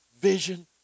vision